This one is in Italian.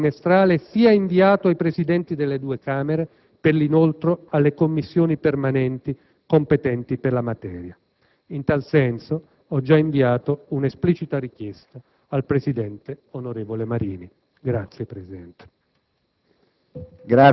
che il rapporto trimestrale venga inviato ai Presidenti delle due Camere per l'inoltro alle Commissioni permanenti competenti per materia. In tal senso ho già inviato un'esplicita richiesta all'onorevole presidente